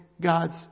God's